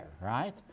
right